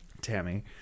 Tammy